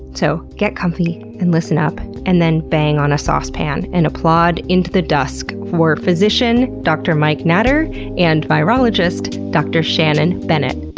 so, get comfy, and listen up, and then bang on a saucepan, and applaud into the dusk for physician dr. mike natter and virologist dr. shannon bennett.